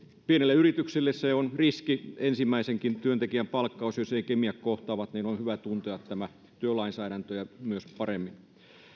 pienille yrityksille on riski ensimmäisenkin työntekijän palkkaus jos eivät kemiat kohtaa eli on hyvä tuntea myös työlainsäädäntö paremmin